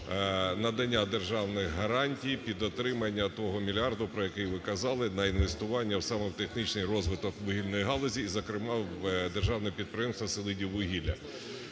надання державних гарантій під отримання того мільярда, про який ви казали, на інвестування саме в технічний розвиток вугільної галузі, і зокрема в державне підприємство "Селидіввугілля".